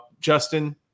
Justin